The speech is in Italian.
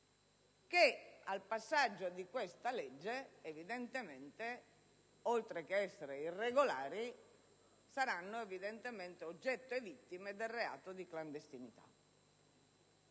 che al passaggio di questa legge, oltre che essere irregolari, saranno evidentemente oggetto e vittime del reato di clandestinità.